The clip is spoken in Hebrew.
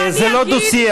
זה לא דוח-שיח,